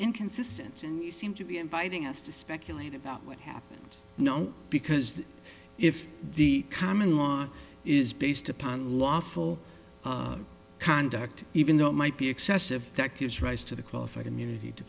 inconsistent and you seem to be inviting us to speculate about what happened no because if the common law is based upon lawful conduct even though it might be excessive that gives rise to the qualified immunity to